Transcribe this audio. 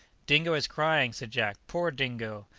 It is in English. dingo is crying, said jack poor dingo!